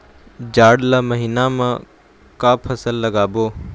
जाड़ ला महीना म का फसल लगाबो?